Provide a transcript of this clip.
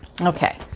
Okay